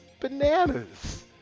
bananas